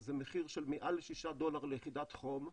זה מחיר של מעל לשישה דולר ליחידת חום,